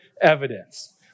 evidence